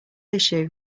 issue